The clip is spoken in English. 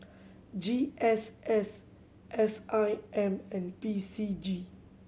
G S S S I M and P C G